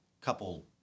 couple